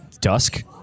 dusk